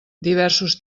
diversos